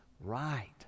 right